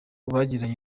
bagiranye